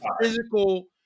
physical